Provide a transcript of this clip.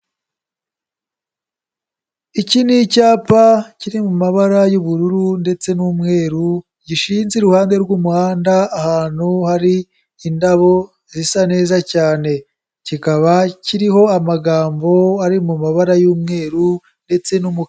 Iki ni icyapa kiri mu mabara y'ubururu ndetse n'umweru, gishinze iruhande rw'umuhanda ahantu hari indabo zisa neza cyane, kikaba kiriho amagambo ari mu mabara y'umweru ndetse n'umukara.